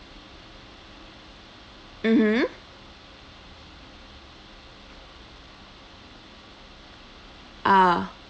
mmhmm ah